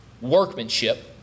workmanship